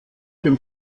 dem